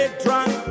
drunk